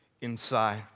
inside